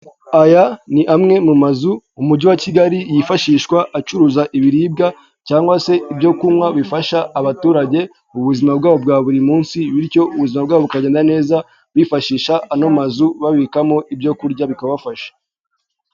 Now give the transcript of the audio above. Aya ni amwe mu mazu umujyi wa Kigali yifashishwa acuruza ibiribwa cyangwa se ibyo kunywa bifasha abaturage ubuzima bwabo bwa buri munsi bityo ubuzima bwa bukagenda neza bifashisha ano mazu babikamo ibyo kurya bikabafasha.